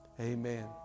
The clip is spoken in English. Amen